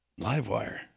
Livewire